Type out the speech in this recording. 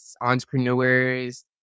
entrepreneurs